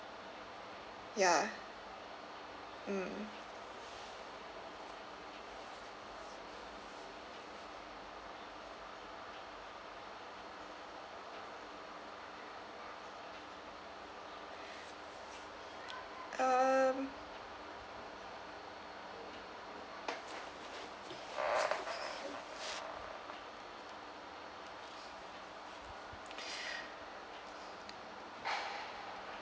ya mm um